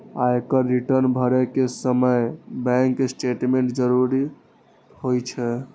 आयकर रिटर्न भरै के समय बैंक स्टेटमेंटक जरूरत होइ छै